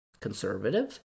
conservative